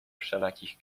wszelakich